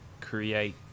create